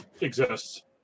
exists